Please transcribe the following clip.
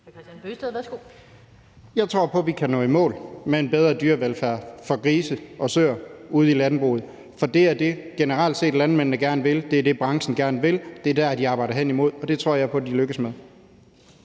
Jeg tror på, at vi kan nå i mål med en bedre dyrevelfærd for grise ude i landbruget, for det er det, som landmændene generelt set gerne vil. Det er det, branchen gerne vil; det er det, de arbejder hen imod, og det tror jeg på de lykkes med.